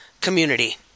community